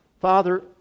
Father